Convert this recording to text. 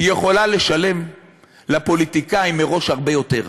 היא יכולה לשלם לפוליטיקאים מראש הרבה יותר,